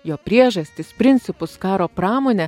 jo priežastis principus karo pramonę